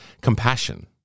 compassion